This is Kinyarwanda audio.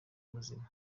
muzima